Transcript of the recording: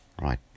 Right